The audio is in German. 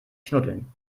knuddeln